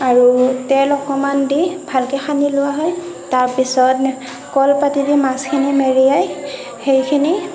আৰু তেল অকণমান দি ভালকৈ সানি লোৱা হয় তাৰ পিছত কলপাতেৰে মাছখিনি মেৰিয়াই সেইখিনি